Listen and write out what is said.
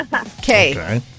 Okay